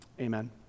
Amen